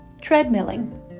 Treadmilling